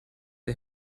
der